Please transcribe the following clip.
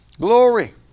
glory